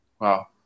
Wow